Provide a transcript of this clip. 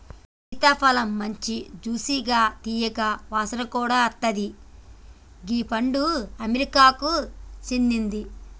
సీతాఫలమ్ మంచి జ్యూసిగా తీయగా వాసన కూడా అత్తది గీ పండు అమెరికాకు సేందింది